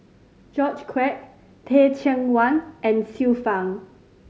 George Quek Teh Cheang Wan and Xiu Fang